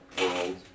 world